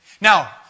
Now